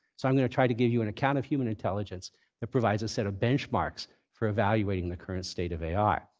so i'm going to try to give you an account of human intelligence that provides a set of benchmarks for evaluating the current state of ai.